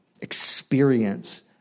experience